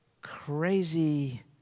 crazy